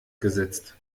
gesetzt